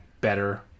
better